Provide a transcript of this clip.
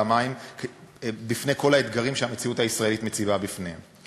המים לנוכח כל האתגרים שהמציאות הישראלית מציבה בפניהם.